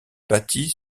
bâtie